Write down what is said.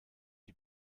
die